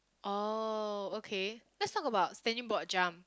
oh okay let's talk about standing broad jump